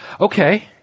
Okay